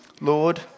Lord